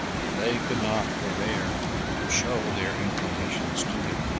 that they could not forbear to show their inclinations to him.